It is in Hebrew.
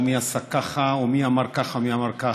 מי עשה ככה או מי אמר ככה ומי אמר ככה,